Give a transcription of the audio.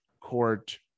court